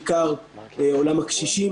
בעיקר עולם הקשישים,